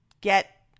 get